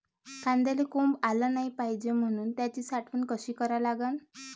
कांद्याले कोंब आलं नाई पायजे म्हनून त्याची साठवन कशी करा लागन?